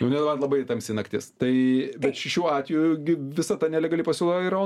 nu nebent labai tamsi naktis tai bet šiuo atveju visa ta nelegali pasiūla yra